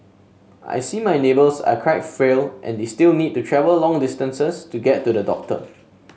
I see my neighbours are quite frail and they still need to travel long distances to get to the doctor